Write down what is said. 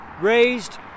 raised